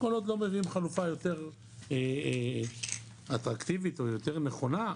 כל עוד לא מביאים חלופה יותר אטרקטיבית או יותר נכונה,